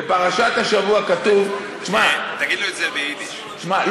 בפרשת השבוע כתוב, תשמע,